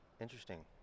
interesting